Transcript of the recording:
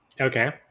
Okay